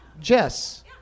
Jess